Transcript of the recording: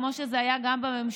כמו שזה היה בממשלה,